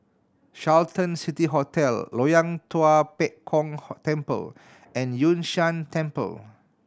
Carlton City Hotel Loyang Tua Pek Kong Temple and Yun Shan Temple